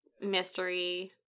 mystery